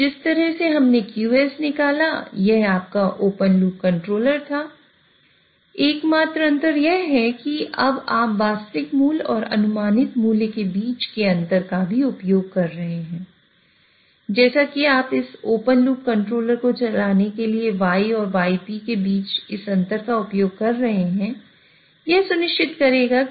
तो जिस तरह से हमने q के लिए ठीक किया जाएगा